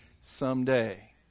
someday